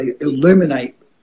illuminate